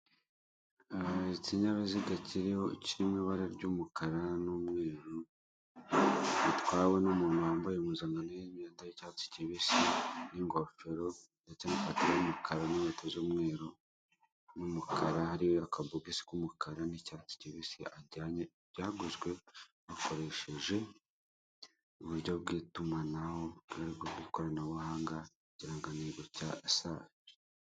Ikinyabiziga kiriho kirimwibara ry'umukara n'umweru, gitwawe n'umuntu wambaye impuzankano y'imyenda y'icyatsi kibisi ningofero ndetse nikabutura y'umukara n'inkweto z'umweru n'umukara hariho aka bogisi K'umukara n'icyatsi kibisi ajyanye, byaguzwe koresheje uburyo bw'itumanaho kubera ko ikoranabuhanga ikirangantego cya sa